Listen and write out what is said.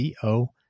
CO